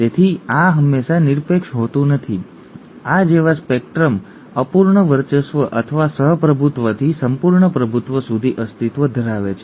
તેથી આ હંમેશાં નિરપેક્ષ હોતું નથી આ જેવા સ્પેક્ટ્રમ અપૂર્ણ વર્ચસ્વ અથવા સહ પ્રભુત્વથી સંપૂર્ણ પ્રભુત્વ સુધી અસ્તિત્વ ધરાવે છે